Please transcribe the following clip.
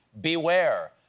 beware